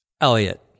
Elliot